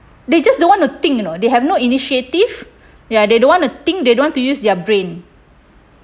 they just don't want to think you know they have no initiative ya they don't want to think they don't want to use their brain